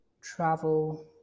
travel